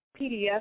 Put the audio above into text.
PDF